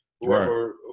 whoever